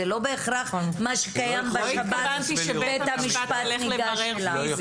זה לא בהכרח מה שקיים בשב"ס, בית המשפט ניגש אליו.